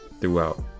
throughout